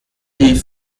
die